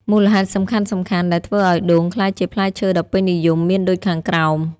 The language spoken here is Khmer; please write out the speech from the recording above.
មូលហេតុសំខាន់ៗដែលធ្វើឲ្យដូងក្លាយជាផ្លែឈើដ៏ពេញនិយមមានដូចខាងក្រោម